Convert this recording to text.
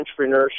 entrepreneurship